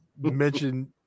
mention